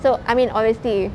so I mean obviously